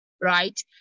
right